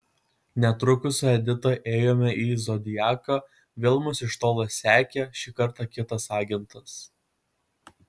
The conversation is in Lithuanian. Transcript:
netrukus su edita ėjome į zodiaką vėl mus iš tolo sekė šį kartą kitas agentas